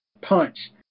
punch